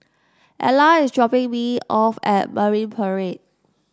Ela is dropping me off at Marine Parade